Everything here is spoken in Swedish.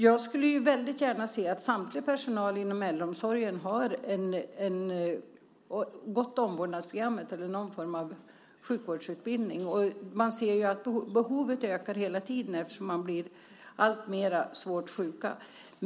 Jag skulle väldigt gärna vilja se att all personal inom äldreomsorgen har genomgått omvårdnadsprogrammet eller någon form av sjukvårdsutbildning. Man ser ju att behovet ökar hela tiden eftersom det blir alltfler svårt sjuka.